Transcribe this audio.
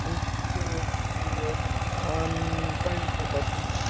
one point five percent